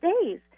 days